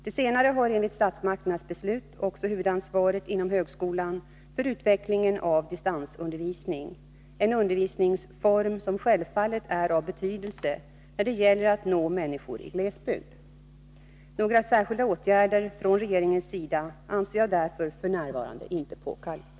De senare har enligt statsmakternas beslut också huvudansvaret inom högskolan för utvecklingen av distansundervisning, en undervisningsform som självfallet är av betydelse när det gäller att nå människor i glesbygd. Några särskilda åtgärder från regeringens sida anser jag därför f. n. inte påkallade.